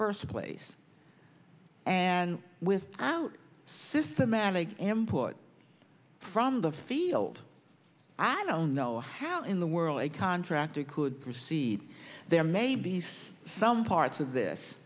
first place and with out systematic import from the field i don't know how in the world a contractor could proceed there may be some parts of this